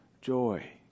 joy